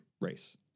race